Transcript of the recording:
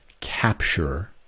capture